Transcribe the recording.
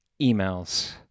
emails